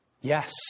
Yes